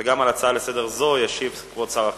גם על הצעה לסדר-היום זו ישיב כבוד שר החינוך,